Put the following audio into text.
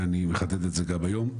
ואני מחדד את זה גם היום.